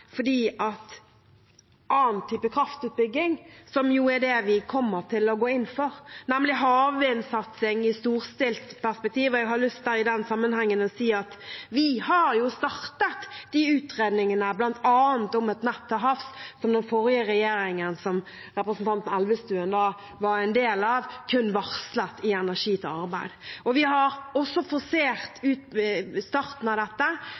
fordi annen type kraftutbygging, som jo er det vi kommer til å gå inn for, nemlig havvindsatsing, er det storstilte perspektiver for. I den sammenheng har jeg lyst til å si at vi har startet de utredningene, bl.a. om et nett til havs, noe den forrige regjeringen, som representanten Elvestuen var en del av, kun varslet i Energi til arbeid – langsiktig verdiskaping fra norske energiressurser, Meld. St. 36 for 2020–2021. Vi har også forsert starten av dette